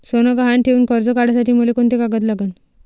सोनं गहान ठेऊन कर्ज काढासाठी मले कोंते कागद लागन?